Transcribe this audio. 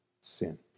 sin